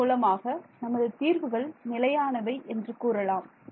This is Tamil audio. அதன் மூலமாக நமது தீர்வுகள் நிலையானவை என்று கூறலாம்